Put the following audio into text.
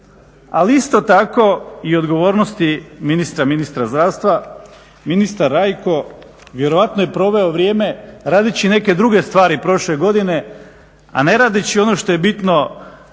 ali isto tako i odgovornosti ministra zdravstva. Ministar Rajko vjerojatno je proveo vrijeme radeći neke druge stvari prošle godine, a ne radeći ono što je bitno